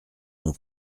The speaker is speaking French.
mon